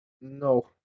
No